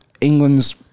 England's